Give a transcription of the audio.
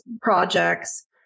projects